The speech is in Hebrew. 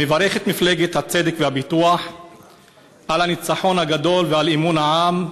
אני מברך את מפלגת הצדק והפיתוח על הניצחון הגדול ועל אמון העם,